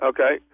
Okay